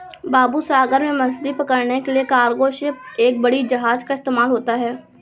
बाबू सागर में मछली पकड़ने के लिए कार्गो शिप और बड़ी जहाज़ का इस्तेमाल होता है